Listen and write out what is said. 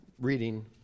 reading